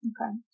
Okay